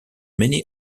many